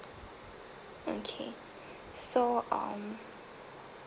okay so um